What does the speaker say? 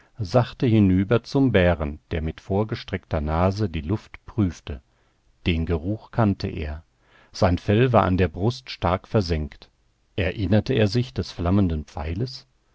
sachte hinüber zum bären der mit vorgestreckter nase die luft prüfte den geruch kannte er sein fell war an der brust stark versengt erinnerte er sich des flammenden pfeiles